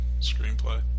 screenplay